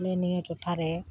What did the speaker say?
ᱟᱞᱮ ᱱᱤᱭᱟᱹ ᱴᱚᱴᱷᱟᱨᱮ